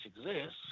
exists